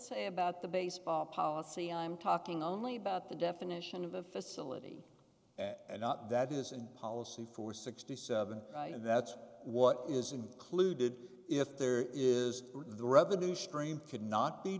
say about the baseball policy i'm talking only about the definition of a facility and not that is in policy for sixty seven and that's what is included if there is the revenue stream could not be